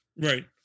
Right